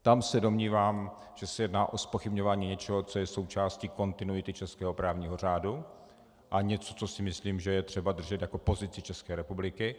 Tam se domnívám, že se jedná o zpochybňování něčeho, co je součástí kontinuity českého právního řádu, a něco, co si myslím, že je třeba držet jako pozici České republiky.